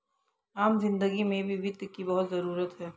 आम जिन्दगी में भी वित्त की बहुत जरूरत है